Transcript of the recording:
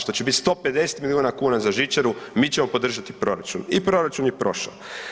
što će biti 150 milijuna kuna za žičaru mi ćemo podržati proračun i proračun je prošao.